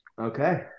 Okay